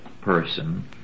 person